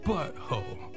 Butthole